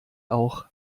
auch